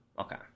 Okay